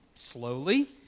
slowly